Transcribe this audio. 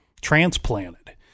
transplanted